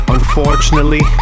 Unfortunately